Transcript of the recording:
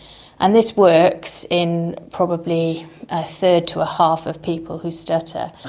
and this works in probably a third to a half of people who stutter.